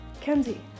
Kenzie